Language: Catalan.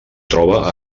troba